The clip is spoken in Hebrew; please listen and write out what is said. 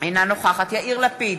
אינה נוכחת יאיר לפיד,